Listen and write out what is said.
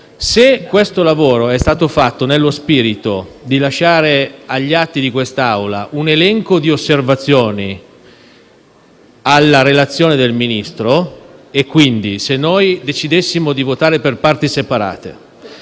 Se questo lavoro è stato fatto nello spirito di lasciare agli atti di quest'Assemblea un elenco di osservazioni alla relazione del Ministro e, quindi, se decidessimo di votare per parti separate